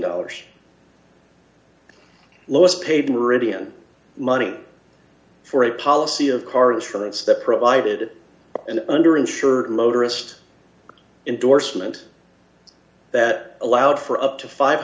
dollars lowest paid meridian money for a policy of cards for those that provided an under insured motorist indorsement that allowed for up to five